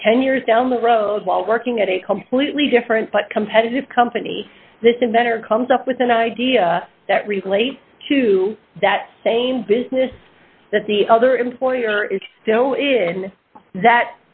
and ten years down the road while working at a completely different but competitive company this event or comes up with an idea that relates to that same business that the other employer is still in that